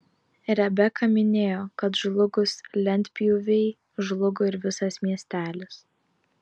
rebeka minėjo kad žlugus lentpjūvei žlugo ir visas miestelis